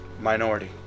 minority